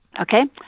Okay